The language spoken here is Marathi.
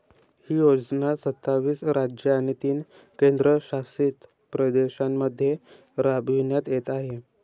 ही योजना सत्तावीस राज्ये आणि तीन केंद्रशासित प्रदेशांमध्ये राबविण्यात येत आहे